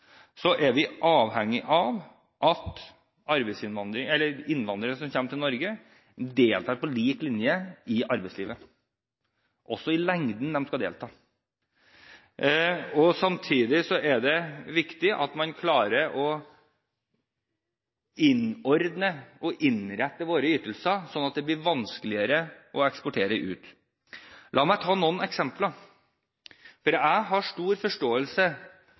er vi avhengige av at innvandrere som kommer til Norge, deltar på like linje i arbeidslivet – også i lengden. Og samtidig er det viktig at man klarer å innordne og innrette våre ytelser sånn at de blir vanskeligere å eksportere ut. La meg ta noen eksempler. Jeg har stor forståelse